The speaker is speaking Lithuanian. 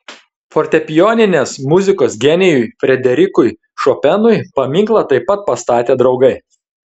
fortepijoninės muzikos genijui frederikui šopenui paminklą taip pat pastatė draugai